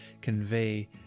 convey